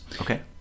Okay